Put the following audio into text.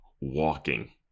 Walking